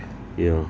ya